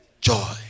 joy